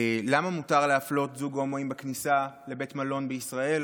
למה מותר להפלות זוג הומואים בכניסה לבית מלון בישראל